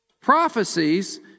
prophecies